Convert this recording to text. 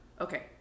Okay